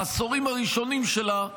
בעשורים הראשונים שלה,